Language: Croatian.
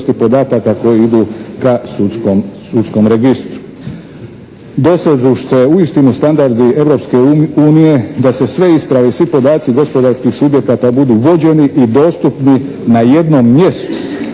podataka koji idu ka sudskom registru. Dosežu se uistinu standardi Europske unije da se sve ispravi, svi podaci gospodarskih subjekata budu vođeni i dostupni na jednom mjestu